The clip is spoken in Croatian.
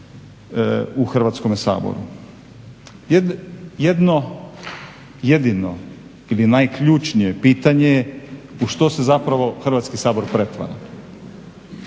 u Hrvatskoga saboru. Jedno jedino ili najključnije pitanje je u što se zapravo Hrvatskoga sabor pretvara?